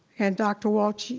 and dr. walts, yeah